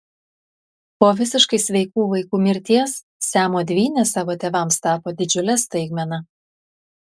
po visiškai sveikų vaikų mirties siamo dvynės savo tėvams tapo didžiule staigmena